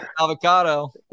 avocado